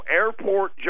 airport